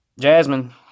Jasmine